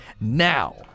now